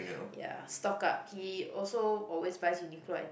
ya stock up he also always buys Uniqlo